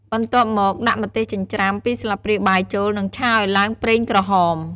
បន្ទាប់មកដាក់ម្ទេសចិញ្ច្រាំ ២ស្លាបព្រាបាយចូល និងឆាឱ្យឡើងប្រេងក្រហម។